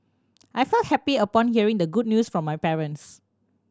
I felt happy upon hearing the good news from my parents